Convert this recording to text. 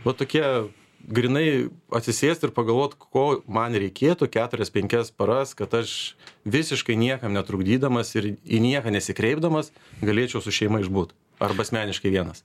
va tokie grynai atsisėst ir pagalvot ko man reikėtų keturias penkias paras kad aš visiškai niekam netrukdydamas ir į nieką nesikreipdamas galėčiau su šeima išbūt arba asmeniškai vienas